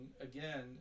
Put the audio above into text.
again